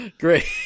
Great